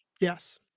Yes